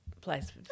place